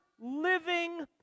living